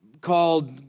called